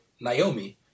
Naomi